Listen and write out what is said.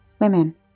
women